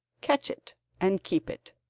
catch it and keep it,